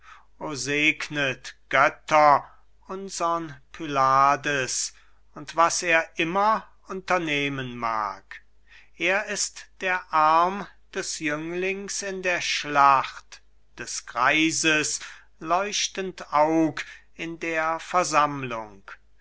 segnet götter unsern pylades und was er immer unternehmen mag er ist der arm des jünglings in der schlacht des greises leuchtend aug in der versammlung